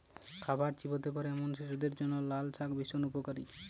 খাবার চিবোতে পারে এমন শিশুদের জন্য লালশাক ভীষণ উপকারী